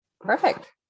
Perfect